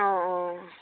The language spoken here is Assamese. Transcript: অঁ অঁ